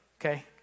Okay